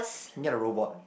can get a robot